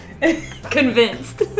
convinced